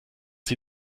sie